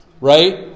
Right